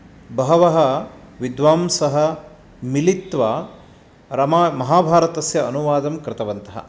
बहवः विद्वांसः मिलित्वा रमा महाभारतस्य अनुवादं कृतवन्तः